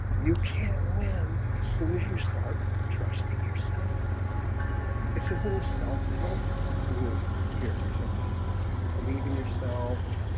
you can't win as soon as you start trusting yourself this isn't a self-help group here tonight believing yourself